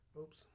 oops